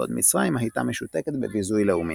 בעוד מצרים הייתה משותקת בביזוי לאומי".